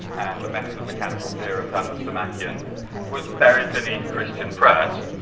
the method of mechanical theorems, and the stomachion was buried beneath christian press.